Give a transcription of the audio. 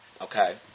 Okay